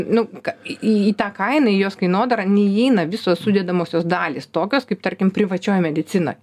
nu į tą kainą į jos kainodarą neįeina visos sudedamosios dalys tokios kaip tarkim privačioj medicinoj